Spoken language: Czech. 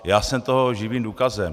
Já jsem toho živým důkazem.